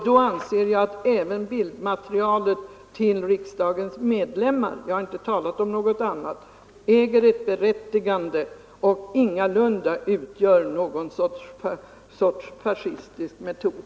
Då anser jag att även bildmaterialet till riksdagens ledamöter — jag har inte talat om några andra — äger ett berättigande och ingalunda utgör någon sorts fascistisk metod.